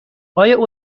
آیا